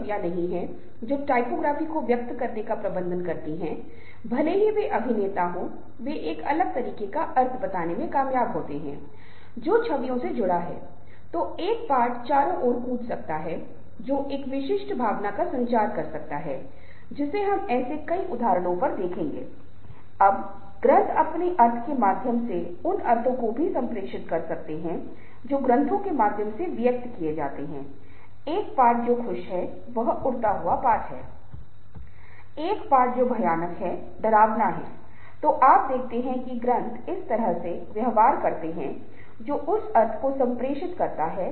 आम तौर पर समूह के सदस्यों में आजकल बातचीत का सामना करना हमेशा अच्छा होता है लोग संचार के अन्य विभिन्न माध्यमों से भी बातचीत कर रहे हैं लेकिन आमने सामने संचार हमेशा सबसे अच्छा माना जाता है क्योंकि यहाँ हम केवल शब्दों और वाक्यों को नहीं समझ सकते हैं लेकिन उस व्यक्ति की चेहरे की अभिव्यक्ति और हाव भाव उस व्यक्ति की भावनाओं को भी समझते हैं क्योंकि संचार में हम जो भी बात कर रहे हैं वह हमारी भावनाओं से भरी हुई होती है जो समान रूप से महत्वपूर्ण है